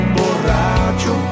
borracho